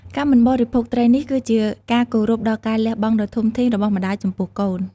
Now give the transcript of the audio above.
ការមិនបរិភោគត្រីនេះគឺជាការគោរពដល់ការលះបង់ដ៏ធំធេងរបស់ម្តាយចំពោះកូន។